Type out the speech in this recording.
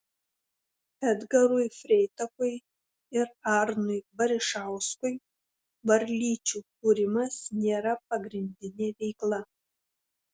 edgarui freitakui ir arnui barišauskui varlyčių kūrimas nėra pagrindinė veikla